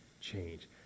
change